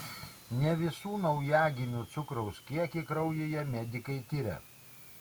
ne visų naujagimių cukraus kiekį kraujyje medikai tiria